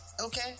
okay